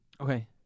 Okay